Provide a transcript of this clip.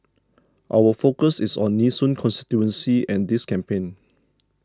our focus is on Nee Soon constituency and this campaign